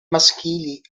maschili